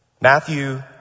Matthew